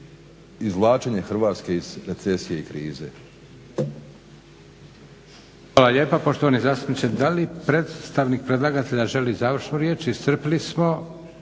izvlačenju Hrvatske iz recesije i krize.